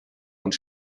und